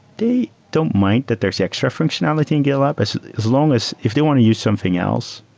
they don't mind that there's extra functionality in gitlab, as as long as if they want to use something else,